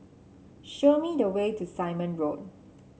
show me the way to Simon Road